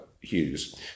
Hughes